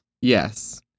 Yes